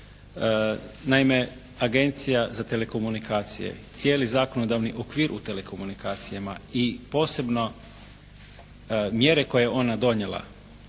Naime Agencija za telekomunikacije, cijeli zakonodavni okvir u telekomunikacijama i posebno mjere koje je ona donijela